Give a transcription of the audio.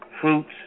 fruits